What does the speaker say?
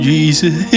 Jesus